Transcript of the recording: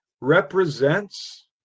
represents